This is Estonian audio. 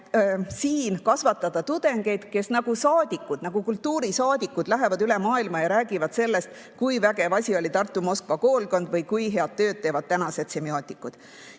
siin kasvatada tudengeid, kes nagu saadikud, nagu kultuurisaadikud lähevad üle maailma ja räägivad sellest, kui vägev asi oli Tartu-Moskva koolkond või kui head tööd teevad tänased semiootikud.